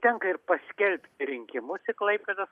tenka ir paskelbti rinkimus į klaipėdos